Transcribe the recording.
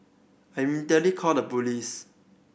I immediately called the police